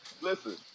Listen